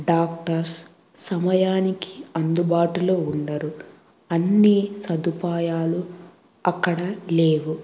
doctors సమయానికి అందుబాటులో ఉండరు అన్నీ సదుపాయాలు అక్కడ లేవు